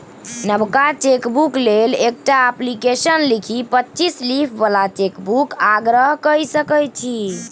नबका चेकबुक लेल एकटा अप्लीकेशन लिखि पच्चीस लीफ बला चेकबुकक आग्रह कए सकै छी